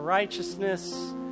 Righteousness